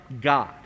God